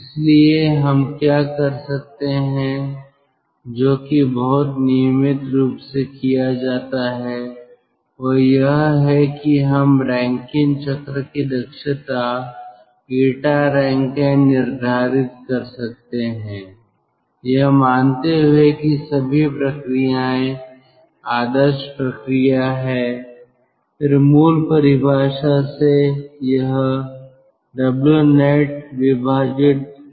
इसलिए हम क्या कर सकते हैं जो कि बहुत नियमित रूप से किया जाता है वह यह है कि हम रैंकिन चक्र की दक्षता 𝜂𝑅𝑎𝑛𝑘𝑖𝑛𝑒 निर्धारित कर सकते हैं यह मानते हुए कि सभी प्रक्रियाएं आदर्श प्रक्रिया हैं फिर मूल परिभाषा से यह Wnet QBoiler है